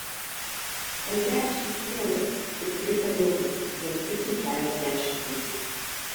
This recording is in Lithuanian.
valgiaraštis ilgas tikrai per ilgas vien picų kelios dešimtys